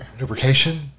lubrication